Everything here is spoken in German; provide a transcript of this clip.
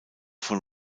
von